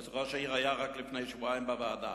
יועץ ראש העיר היה רק לפני שבועיים בוועדה.